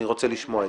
אני רוצה לשמוע אתכם.